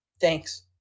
Thanks